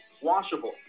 washable